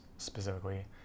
specifically